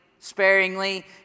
sparingly